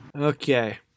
Okay